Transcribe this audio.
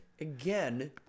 again